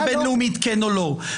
הבין-לאומית כן או לא.